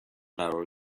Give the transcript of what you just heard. قرار